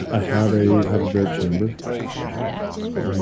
ah have a hyperbaric chamber all right. score um